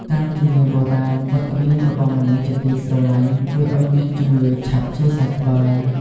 តាមជំនឿបុរាណ វត្តមានរបស់មនុស្សជាទីស្រឡាញ់ជួយឱ្យអ្នកជំងឺឆាប់ជាសះស្បើយ។